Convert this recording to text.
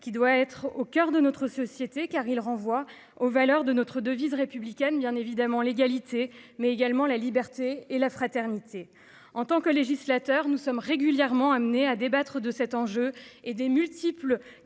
qui doit être au coeur de notre société car il renvoie aux valeurs de notre devise républicaine bien évidemment l'égalité mais également la liberté et la fraternité en tant que législateurs, nous sommes régulièrement amenés à débattre de cet enjeu et des multiples